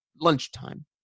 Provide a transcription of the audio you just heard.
lunchtime